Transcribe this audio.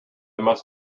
must